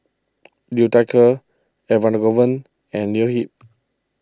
Liu Thai Ker Elangovan and Leo Yip